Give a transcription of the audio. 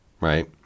right